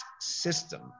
system